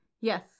Yes